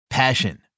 Passion